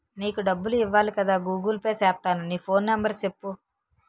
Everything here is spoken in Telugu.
నీకు డబ్బులు ఇవ్వాలి కదా గూగుల్ పే సేత్తాను నీ ఫోన్ నెంబర్ సెప్పు